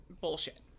bullshit